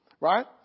right